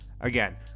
Again